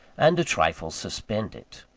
and a trifle suspend it.